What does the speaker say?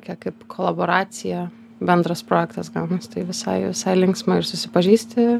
tokia kaip kolaboracija bendras projektas gaunasitai visai visai linksma ir susipažįsti